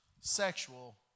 sexual